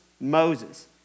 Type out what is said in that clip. Moses